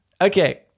Okay